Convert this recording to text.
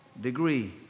degree